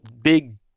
big